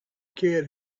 kid